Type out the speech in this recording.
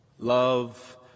Love